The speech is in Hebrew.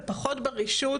ופחות ברישות